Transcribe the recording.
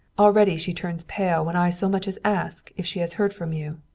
already she turns pale when i so much as ask if she has heard from you.